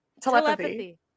Telepathy